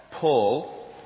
Paul